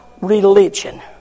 religion